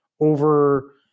over